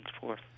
forth